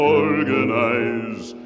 organize